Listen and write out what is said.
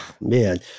man